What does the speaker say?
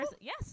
Yes